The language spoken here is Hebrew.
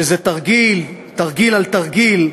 שזה תרגיל, תרגיל על תרגיל,